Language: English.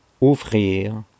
Offrir